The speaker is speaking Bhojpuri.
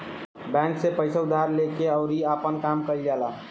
बैंक से पइसा उधार लेके अउरी आपन काम कईल जाला